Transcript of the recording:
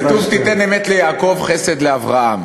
כתוב "תתן אמת ליעקב, חסד לאברהם".